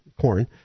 corn